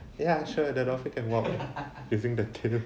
ya sure the dolphin can walk using the tail